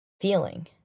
feeling